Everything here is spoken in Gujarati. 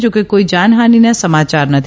જા કે કોઈ જાનહાનીના સમાચાર નથી